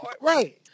Right